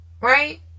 right